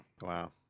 Wow